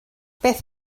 beth